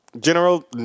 general